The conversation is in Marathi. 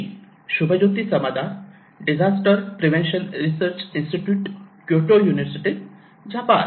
me Shubhajyoti Samadar disaster prevention research institute Kyoto university Japan